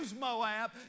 Moab